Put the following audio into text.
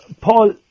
Paul